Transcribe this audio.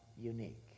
unique